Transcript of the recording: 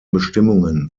bestimmungen